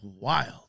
wild